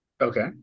Okay